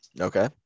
Okay